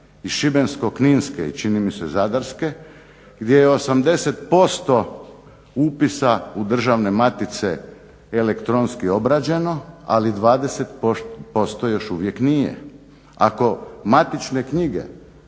iz Šibensko-kninske i čini mi se Zadarske gdje je 80% upisa u državne matice elektronski obrađeno, ali 20% još uvijek nije. Ako matične knjige